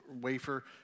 wafer